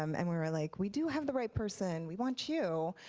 um and we were like, we do have the right person, we want you,